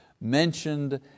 mentioned